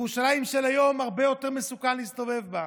ירושלים של היום, הרבה יותר מסוכן להסתובב בה.